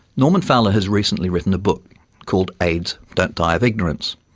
norman fowler has recently written a book called aids don't die of ignorance,